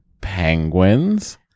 Penguins